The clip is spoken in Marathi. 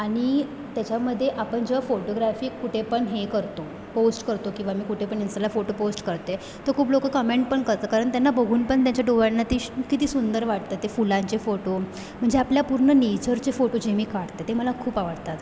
आणि त्याच्यामध्ये आपण जेव्हा फोटोग्रॅफीत कुठे पण हे करतो पोस्ट करतो किंवा मी कुठे पण इंस्टाला फोटो पोस्ट करते तर खूप लोक कमेंट पण करतात कारण त्यांना बघून पण त्यांच्या डोळ्यांना ती किती सुंदर वाटतं ते फुलांचे फोटो म्हणजे आपल्या पूर्ण नेचरचे फोटो जे मी काढते ते मला खूप आवडतात